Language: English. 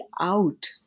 out